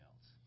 else